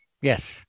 Yes